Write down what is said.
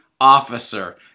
officer